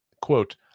quote